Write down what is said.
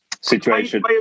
situation